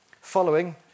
following